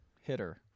hitter